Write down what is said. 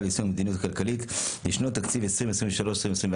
ליישום המדיניות הכלכלית לשנות התקציב 2023 ו-2024),